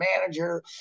manager